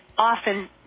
often